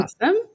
Awesome